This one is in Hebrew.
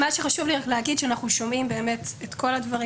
אנחנו שומעים את כל הדברים.